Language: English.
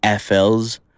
FL's